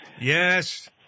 Yes